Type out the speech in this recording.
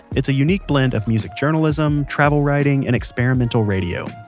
it's a unique blend of music journalism, travel writing and experimental radio.